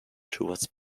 towards